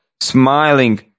smiling